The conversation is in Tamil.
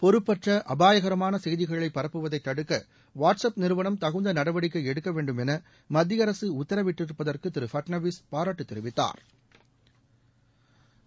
பொறுப்பற்ற அபாயகரமான செய்திகளை பரப்புவதை தடுக்க வாட்ஸ்அப் நிறுவனம் தகுந்த நடவடிக்கை எடுக்கவேண்டும் என மத்திய அரசு உத்தரவிட்டிருப்பதற்கு திரு பட்னாவிஸ் பாராட்டுத் தெரிவித்தாா்